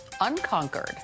Unconquered